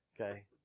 Okay